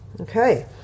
okay